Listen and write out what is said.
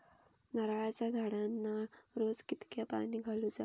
नारळाचा झाडांना रोज कितक्या पाणी घालुचा?